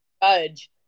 judge